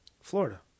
Florida